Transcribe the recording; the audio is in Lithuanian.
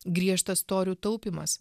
griežtas torių taupymas